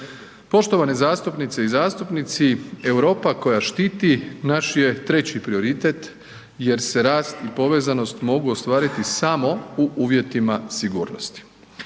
Poštovani zastupnice i zastupnici, Europa koja štiti, naš je treći prioritet jer se rast i povezanost mogu ostvariti samo u uvjetima sigurnosti.